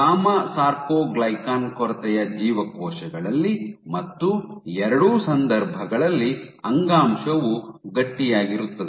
gamma sarcoglycan ಕೊರತೆಯ ಜೀವಕೋಶಗಳಲ್ಲಿ ಮತ್ತು ಎರಡೂ ಸಂದರ್ಭಗಳಲ್ಲಿ ಅಂಗಾಂಶವು ಗಟ್ಟಿಯಾಗಿರುತ್ತದೆ